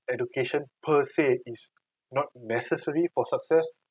education per se it's not necessary for success